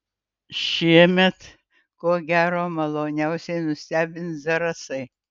šiemet ko gero maloniausiai nustebins zarasai